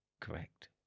correct